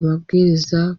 amabwiriza